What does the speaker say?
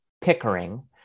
Pickering